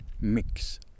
mix